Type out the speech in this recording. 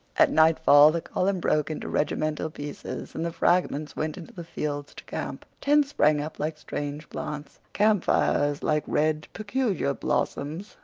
at nightfall the column broke into regimental pieces, and the fragments went into the fields to camp. tents sprang up like strange plants. camp fires, like red, peculiar blossoms,